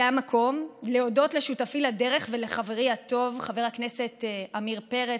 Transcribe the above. זה המקום להודות לשותפי לדרך ולחברי הטוב חבר הכנסת עמיר פרץ,